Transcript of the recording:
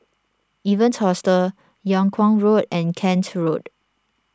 Evans Hostel Yung Kuang Road and Kent Road